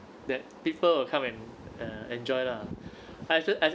that people will come and uh enjoy lah I feel I